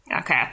Okay